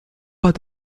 pas